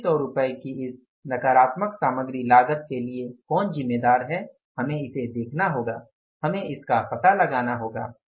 2600 रुपये की इस नकारात्मक सामग्री लागत के लिए कौन जिम्मेदार है इसे हमें देखना होगा हमें इसका पता लगाना होगा